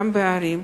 גם בערים,